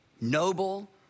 noble